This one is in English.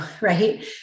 right